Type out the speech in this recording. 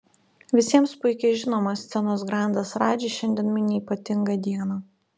visiems puikiai žinomas scenos grandas radži šiandien mini ypatingą dieną